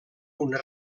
una